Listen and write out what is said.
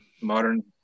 modern